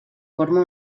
forma